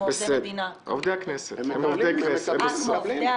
הם מקבלים, הם מקבלים.